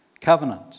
covenant